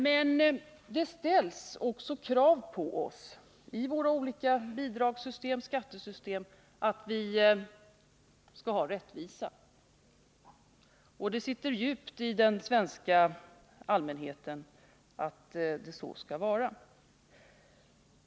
Men det ställs också krav på oss att vi skall ha rättvisa i de olika bidragsoch skattesystemen — det sitter djupt i den svenska allmänheten att det så skall vara.